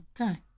okay